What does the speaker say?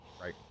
Right